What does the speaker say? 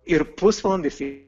ir pusvalandį jisai